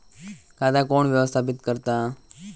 खाता कोण व्यवस्थापित करता?